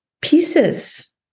pieces